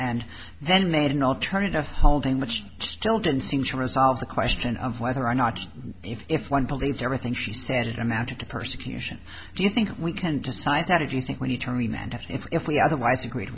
and then made an alternative holding which still didn't seem to resolve the question of whether or not if one believes everything she said it amounted to persecution do you think we can decide that if you think when you turn a man that if we otherwise agree